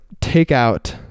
takeout